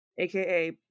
AKA